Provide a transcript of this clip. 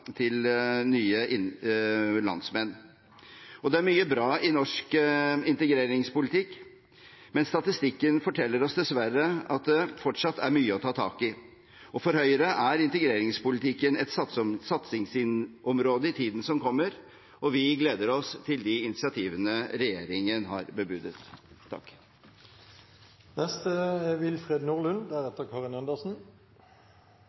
til integrering av nye landsmenn. Det er mye bra i norsk integreringspolitikk, men statistikken forteller oss dessverre at det fortsatt er mye å ta tak i. For Høyre er integreringspolitikken et satsingsområde i tiden som kommer, og vi gleder oss til de initiativene regjeringen har bebudet. Senterpartiet mener at det er